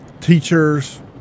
teachers